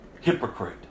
hypocrite